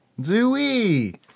Zooey